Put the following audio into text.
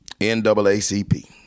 NAACP